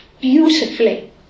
Beautifully